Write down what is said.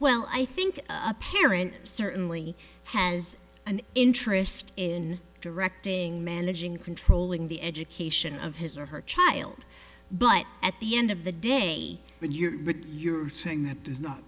well i think a parent certainly has an interest in directing managing controlling the education of his or her child but at the end of the day when you're saying that does not